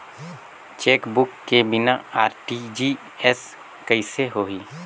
Chequebook के बिना RTGS कइसे होही?